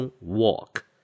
walk